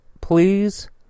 please